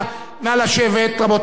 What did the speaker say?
נא לשבת, רבותי.